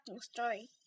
story